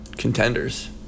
Contenders